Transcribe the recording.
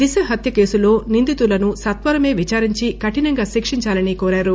దిశ హత్య కేసులో నిందితులను సత్సరమే విచారించి కఠినంగా శిక్షించాలని కోరారు